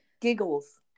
giggles